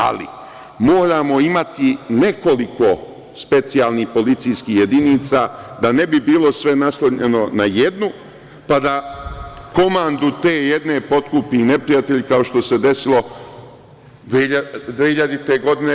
Ali, moramo imati nekoliko specijalnih policijskih jedinica, da ne bi bilo sve naslonjeno na jednu, pa da komandu te jedne potkupi neprijatelj, kao što se desilo 2000. godine.